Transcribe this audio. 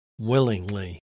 willingly